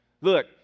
Look